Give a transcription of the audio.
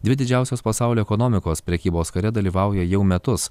dvi didžiausios pasaulio ekonomikos prekybos kare dalyvauja jau metus